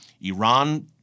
Iran